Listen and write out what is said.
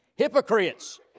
Hypocrites